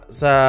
sa